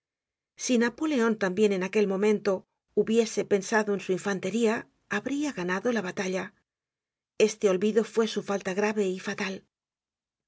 si napoleon tambien en aquel momento hubiese pensado en su infantería habria ganado la batalla este olvido fue su falta grave y fatal